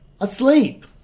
asleep